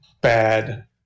bad